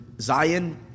Zion